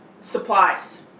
supplies